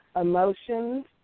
emotions